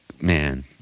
man